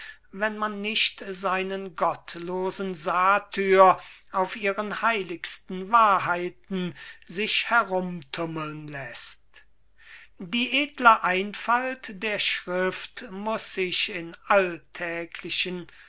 wenn man nicht seinen gottlosen satyr auf ihren heiligsten wahrheiten sich herumtummeln läßt die edle einfalt der schrift muß sich in alltäglichen